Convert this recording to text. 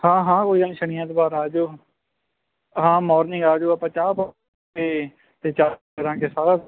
ਹਾਂ ਹਾਂ ਕੋਈ ਗੱਲ ਨਹੀਂ ਸ਼ਨੀ ਐਤਵਾਰ ਆ ਜਾਇਓ ਹਾਂ ਮੋਰਨਿੰਗ ਆ ਜਾਓ ਆਪਾਂ ਚਾਹ ਪੋ ਤੇ ਤੇ ਚਾਹ ਕਰਾਂਗੇ ਸਾਰਾ